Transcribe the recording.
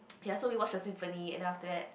so ya we watch a symphony and then after that